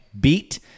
beat